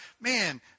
man